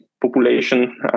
population